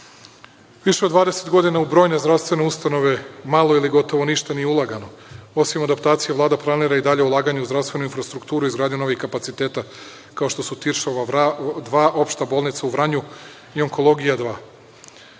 od 20 godina u brojne zdravstvene ustanove malo ili gotovo ništa nije ulagano. Osim adaptacije, Vlada planira i ulaganje u zdravstvenu infrastrukturu i izgradnju novih kapaciteta kao što su „Tiršova dva“, Opšta bolnica u Vranju i „Onkologija